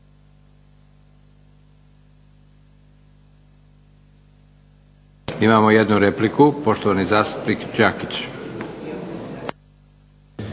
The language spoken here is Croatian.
Imamo jednu repliku, poštovani zastupnik Đakić.